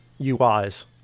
UIs